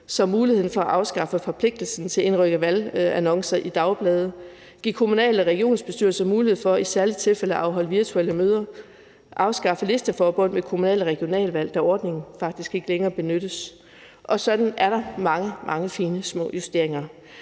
give mulighed for at afskaffe forpligtelsen til at indrykke valgannoncer i dagblade, at give kommunal- og regionsbestyrelser mulighed for i særlige tilfælde at afholde virtuelle møder og at afskaffe listeforbund ved kommunal- og regionalvalg, da ordningen faktisk ikke længere benyttes. Sådan er der mange, mange fine små justeringer.